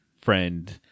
friend